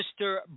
Mr